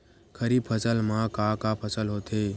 खरीफ फसल मा का का फसल होथे?